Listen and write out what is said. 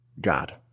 God